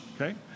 okay